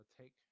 take